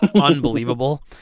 unbelievable